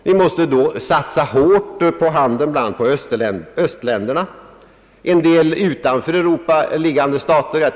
Vi måste satsa hårt bl.a. på handeln med östländerna och en del utanför Europa liggande stater.